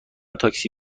تاکسی